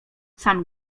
sam